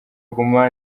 guma